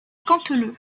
canteleu